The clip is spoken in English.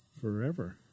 forever